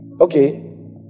okay